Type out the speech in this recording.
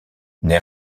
les